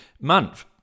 month